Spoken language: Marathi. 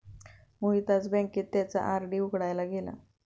मोहित आज बँकेत त्याचा आर.डी उघडायला गेला